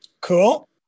Cool